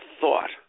thought